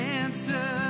answer